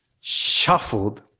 shuffled